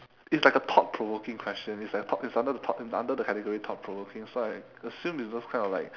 it's like a thought provoking question it's like a thought it's under the thought it's under the category thought provoking so I assume it's those kind of like